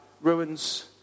ruins